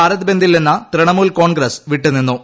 ഭാരത് ബന്ദിൽ നിന്ന് തൃണമൂൽ കോൺഗ്രസ് വിട്ടുനിന്നു